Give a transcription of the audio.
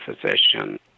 physician